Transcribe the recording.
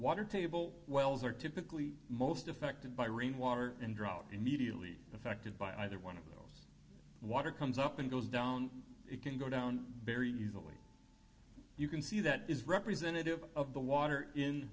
water table wells are typically most affected by rainwater and drought immediately affected by either one of those water comes up and goes down it can go down very easily you can see that is representative of the water in